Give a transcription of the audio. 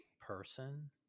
person